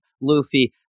Luffy